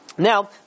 Now